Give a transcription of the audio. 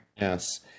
Yes